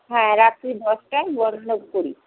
হ্যাঁ রাত্রি দশটায় বন্ধ করি